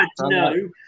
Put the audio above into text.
No